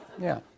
-"Yeah